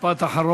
משפט אחרון.